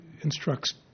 instructs